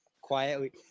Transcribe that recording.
quietly